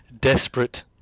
desperate